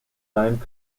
time